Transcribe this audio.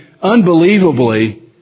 Unbelievably